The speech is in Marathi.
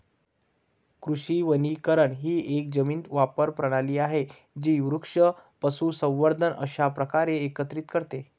कृषी वनीकरण ही एक जमीन वापर प्रणाली आहे जी वृक्ष, पशुसंवर्धन अशा प्रकारे एकत्रित करते